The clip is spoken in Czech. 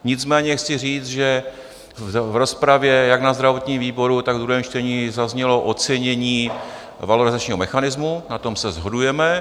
Nicméně chci říct, že v rozpravě jak na zdravotním výboru, tak ve druhém čtení zaznělo ocenění valorizačního mechanismu, na tom se shodujeme.